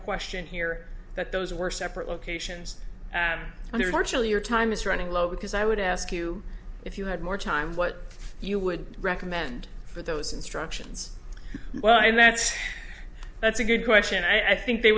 question here that those were separate locations under marchal your time is running low because i would ask you if you had more time what you would recommend for those instructions well that's that's a good question i think they